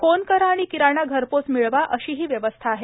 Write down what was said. phone करा आणि किराणा घरपोच मिळवा अशी ही व्यवस्था आहे